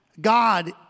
God